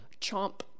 chomp